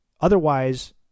Otherwise